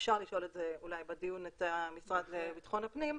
אפשר לשאול בדיון את המשרד לביטחון פנים.